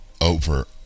over